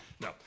No